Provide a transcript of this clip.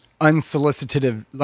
unsolicited